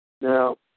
Now